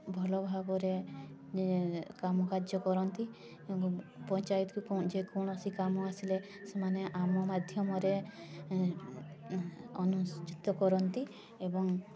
ଭଲଭାବରେ କାମ କାର୍ଯ୍ୟ କରନ୍ତି ପଞ୍ଚାୟତକୁ ଯେକୌଣସି କାମ ଆସିଲେ ସେମାନେ ଆମ ମାଧ୍ୟମରେ ଅନୁସୂଚିତ କରନ୍ତି ଏବଂ